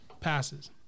passes